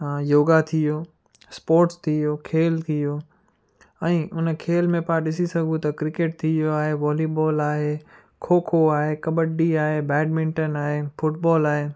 योगा थी वियो स्पोट्स थी वियो खेल थी वियो ऐं हुन खेल में पाण ॾिसी सघूं त क्रिकेट थी वियो आहे बॉलीबॉल आहे खो खो आहे कबड्डी आहे बेडमिंटन आहे फुटबॉल आहे